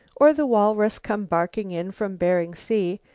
or the walrus come barking in from bering sea,